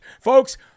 folks